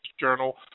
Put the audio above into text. journal